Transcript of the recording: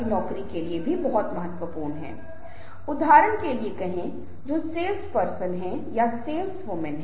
ये चीजें बहुत महत्वपूर्ण हैं और ये सभी चीजें संचार रणनीतियों का हिस्सा हैं